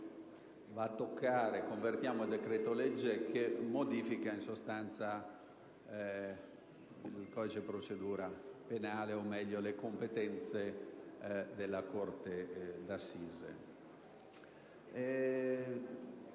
di legge di conversione del decreto-legge che modifica in sostanza il codice di procedura penale, o meglio, le competenze della corte d'assise.